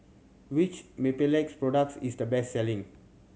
which Mepilex products is the best selling